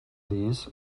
these